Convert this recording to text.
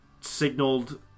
Signaled